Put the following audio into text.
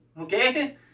Okay